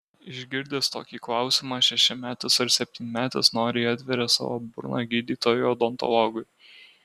išgirdęs tokį klausimą šešiametis ar septynmetis noriai atveria savo burną gydytojui odontologui